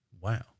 wow